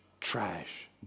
trash